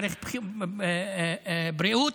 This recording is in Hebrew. מערכת הבריאות,